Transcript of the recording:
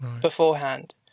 beforehand